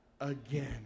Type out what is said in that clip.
again